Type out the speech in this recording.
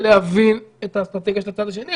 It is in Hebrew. ולהבין את האסטרטגיה של הצד השני,